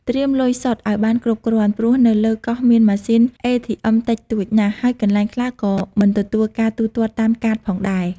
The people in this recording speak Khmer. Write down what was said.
ត្រៀមលុយសុទ្ធ ឲ្យបានគ្រប់គ្រាន់ ព្រោះនៅលើកោះមានម៉ាស៊ីន អេធីអឹម តិចតួចណាស់ ហើយកន្លែងខ្លះក៏មិនទទួលការទូទាត់តាមកាតផងដែរ។